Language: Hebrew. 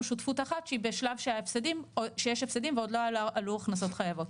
שותפות אחת שהיא בשלב שיש הפסדים ועוד לא עלו הכנסות חייבות.